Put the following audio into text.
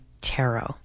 Tarot